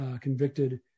convicted